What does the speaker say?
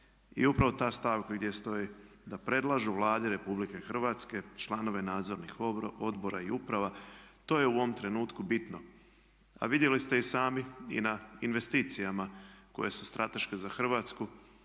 I upravo ta stavka gdje stoji da predlažu Vladi RH članove nadzornih odbora i uprava, to je u ovom trenutku bitno. A vidjeli ste i sami i na investicijama koje su strateške za Hrvatsku.